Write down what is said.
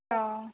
अ